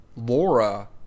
Laura